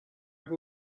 have